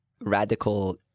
Radical